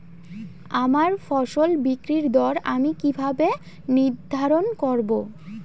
আমার ফসল বিক্রির দর আমি কি করে নির্ধারন করব?